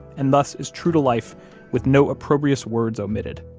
and thus, is true to life with no opprobrious words omitted,